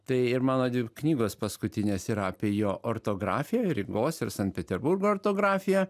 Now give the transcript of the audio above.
tai ir mano dvi knygos paskutinės yra apie jo ortografiją rygos ir sankt peterburgo ortografiją